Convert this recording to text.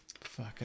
Fuck